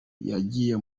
yagiye